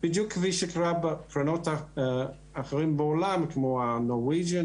בדיוק כפי שקרה בקרנות האחרות בעולם כמו הנורוויג'ן